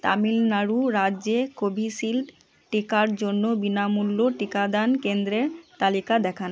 তামিলনাড়ু রাজ্যে কোভিশিল্ড টিকার জন্য বিনামূল্য টিকাদান কেন্দ্রের তালিকা দেখান